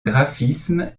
graphisme